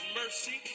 mercy